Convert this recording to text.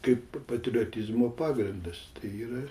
kaip patriotizmo pagrindas tai yra